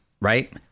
right